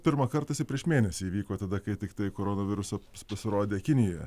pirmą kartą jisai prieš mėnesį įvyko tada kai tiktai koronaviruso pasirodė kinijoje